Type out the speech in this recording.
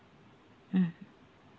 mm